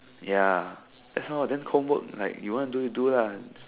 ya just now then homework like you want do you do lah